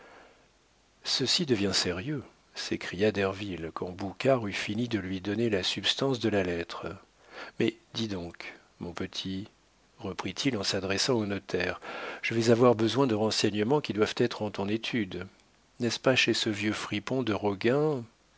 ceci devient sérieux s'écria derville quand boucard eut fini de lui donner la substance de la lettre mais dis donc mon petit reprit-il en s'adressant au notaire je vais avoir besoin de renseignements qui doivent être en ton étude n'est-ce pas chez ce vieux fripon de roguin